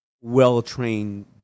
well-trained